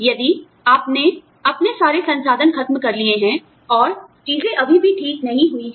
यदि आपने अपने सारे संसाधन खत्म कर लिए हैं और चीजें अभी भी ठीक नहीं हुई हैं